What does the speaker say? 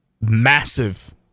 massive